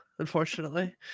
unfortunately